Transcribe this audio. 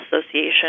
Association